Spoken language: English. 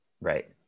Right